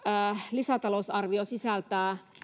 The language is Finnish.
lisätalousarvio sisältää